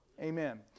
Amen